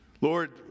Lord